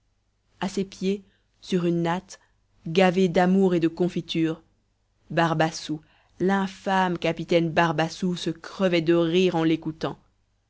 natte gavé d'amour et de confitures barbassou l'infâme capitaine barbassou se crevait de rire en l'écoutant